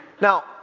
Now